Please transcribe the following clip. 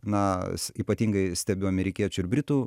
na ypatingai stebiu amerikiečių ir britų